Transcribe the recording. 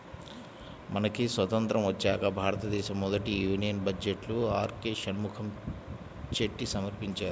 మనకి స్వతంత్రం వచ్చాక భారతదేశ మొదటి యూనియన్ బడ్జెట్ను ఆర్కె షణ్ముఖం చెట్టి సమర్పించారు